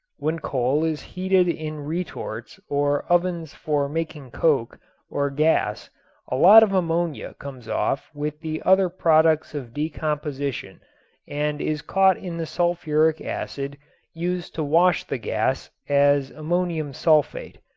when coal is heated in retorts or ovens for making coke or gas a lot of ammonia comes off with the other products of decomposition and is caught in the sulfuric acid used to wash the gas as ammonium sulfate.